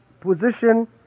position